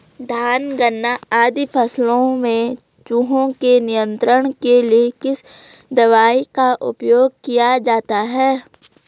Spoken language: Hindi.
धान गन्ना आदि फसलों में चूहों के नियंत्रण के लिए किस दवाई का उपयोग किया जाता है?